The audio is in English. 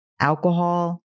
alcohol